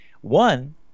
One